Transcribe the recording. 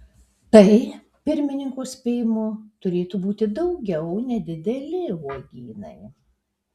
tai pirmininko spėjimu turėtų būti daugiau nedideli uogynai